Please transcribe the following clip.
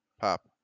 pop